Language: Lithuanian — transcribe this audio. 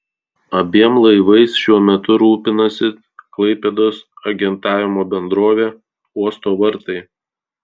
abiem laivais šiuo metu rūpinasi klaipėdos agentavimo bendrovė uosto vartai